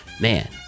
man